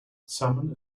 salmon